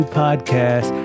podcast